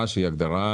להגדרה